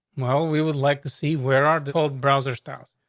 well, we would like to see where our old browser starts.